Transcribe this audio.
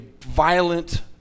violent